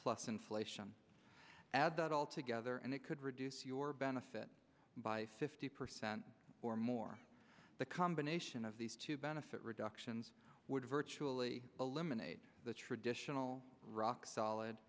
plus inflation add that all together and it could reduce your benefit by fifty percent or more the combination of these two benefit reductions would virtually eliminate the traditional rock solid